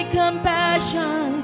compassion